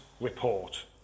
report